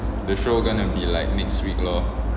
the show gonna be like next week lor